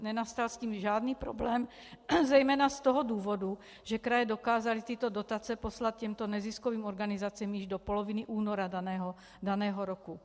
Nenastal s tím žádný problém, zejména z toho důvodu, že kraje dokázaly tyto dotace poslat těmto neziskovým organizacím již do poloviny února daného roku.